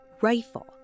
rifle